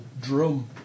drum